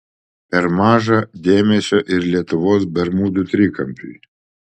per maža dėmesio ir lietuvos bermudų trikampiui